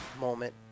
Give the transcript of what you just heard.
moment